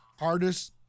artists